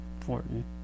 important